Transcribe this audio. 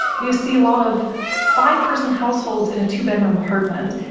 we see a lot of five-person households in a two-bedroom apartment.